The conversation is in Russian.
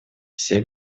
все